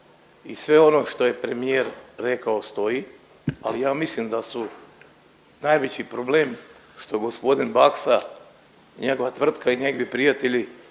i sve ono što je premijer rekao stoji, ali ja mislim da su najveći problem što g. Baksa, njegova tvrtka i njegovi prijatelji